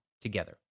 together